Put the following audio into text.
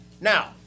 Now